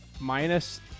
minus